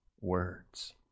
words